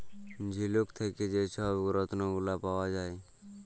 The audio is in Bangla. ঝিলুক থ্যাকে যে ছব রত্ল গুলা পাউয়া যায়